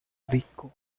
rico